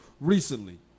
recently